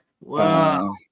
Wow